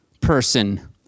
person